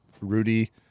Rudy